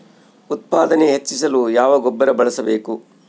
ಉತ್ಪಾದನೆ ಹೆಚ್ಚಿಸಲು ಯಾವ ಗೊಬ್ಬರ ಬಳಸಬೇಕು?